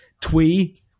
twee